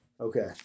Okay